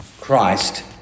Christ